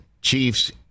Chiefs